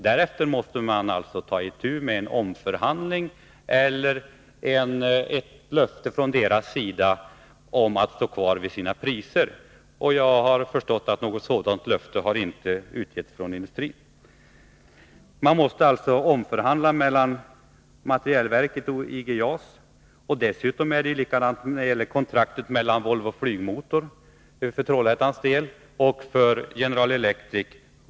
Därefter måste man alltså ta itu med en omförhandling eller utkräva ett löfte från IG JAS att stå kvar vid sina priser. Jag har förstått att något sådant löfte inte har avgetts av industrin. Man måste alltså omförhandla mellan materielverket och IG JAS. Dessutom är det likadant när det gäller kontraktet med Volvo Flygmotor för Trollhättans del och för General Electric.